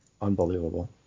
unbelievable